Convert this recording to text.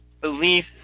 belief